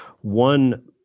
one